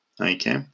okay